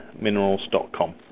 Minerals.com